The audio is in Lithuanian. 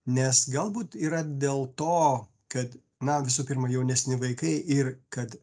nes galbūt yra dėl to kad na visų pirma jaunesni vaikai ir kad